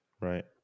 Right